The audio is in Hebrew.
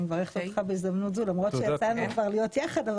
אני מברכת אותך בהזדמנות זאת למרות שכבר יצא לנו להיות יחד.